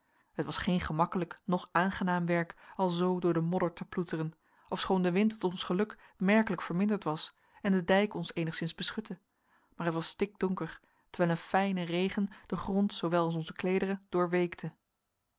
het was geen gemakkelijk noch aangenaam werk alzoo door de modder te ploeteren ofschoon de wind tot ons geluk merkelijk verminderd was en de dijk ons eenigszins beschutte maar het was stikdonker terwijl een fijne regen den grond zoowel als onze kleederen doorweekte